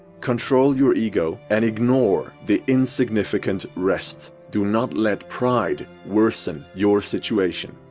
control your ego and ignore the insignificant rest. do not let pride worsen your situation.